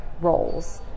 roles